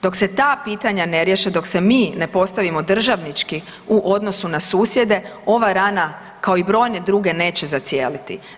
Dok se ta pitanja ne riješe, dok se mi ne postavimo državnički u odnosu na susjede ova rana kao i brojne druge neće zacijeliti.